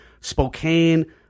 Spokane